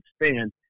expand